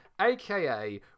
aka